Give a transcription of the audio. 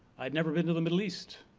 i'd never been to the middle east